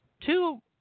Two